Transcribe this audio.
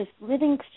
living